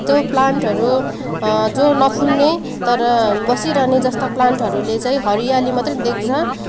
जो प्लान्टहरू जो नफुल्ने तर बसिरहने जस्ता प्लान्टहरूले चाहिँ हरियाली मात्रै देख्छ